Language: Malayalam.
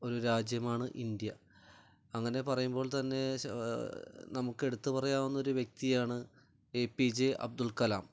ഒരു രാജ്യമാണ് ഇന്ത്യ അങ്ങനെ പറയുമ്പോൾ തന്നെ നമുക്ക് എടുത്തു പറയാവുന്ന ഒരു വ്യക്തിയാണ് A P J Abdul Kalam